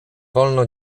wolno